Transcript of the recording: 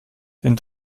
den